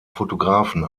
fotografen